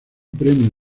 premio